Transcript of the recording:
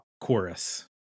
chorus